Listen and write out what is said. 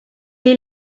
est